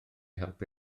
helpu